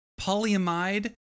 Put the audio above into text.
polyamide